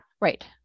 Right